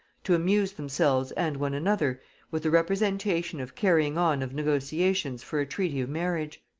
to amuse themselves and one another with the representation of carrying on of negotiations for a treaty of marriage.